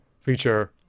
feature